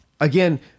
again